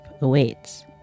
awaits